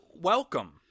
Welcome